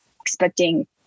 expecting